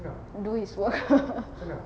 do his work